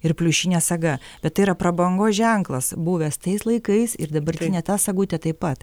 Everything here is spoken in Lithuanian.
ir pliušinė saga bet tai yra prabangos ženklas buvęs tais laikais ir dabartinė ta sagutė taip pat